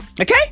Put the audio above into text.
Okay